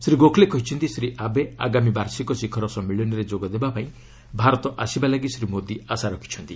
ଶ୍ରୀ ଗୋଖଲେ କହିଛନ୍ତି ଶ୍ରୀ ଆବେ ଆଗାମୀ ବାର୍ଷିକ ଶିଖର ସମ୍ମିଳନୀରେ ଯୋଗ ଦେବା ପାଇଁ ଭାରତ ଆସିବା ପାଇଁ ଶ୍ରୀ ମୋଦୀ ଆଶା ରଖିଛନ୍ତି